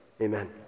Amen